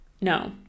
no